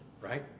right